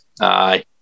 aye